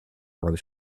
wrote